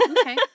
Okay